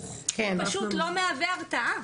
זה פשוט לא מהווה הרתעה.